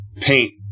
paint